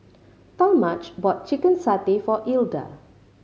Talmadge bought chicken satay for Ilda